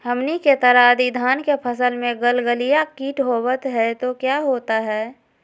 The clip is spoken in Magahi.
हमनी के तरह यदि धान के फसल में गलगलिया किट होबत है तो क्या होता ह?